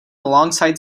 alongside